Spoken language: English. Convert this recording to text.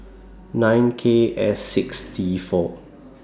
nine K S six T four